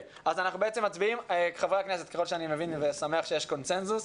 חברי הכנסת, יש קונצנזוס,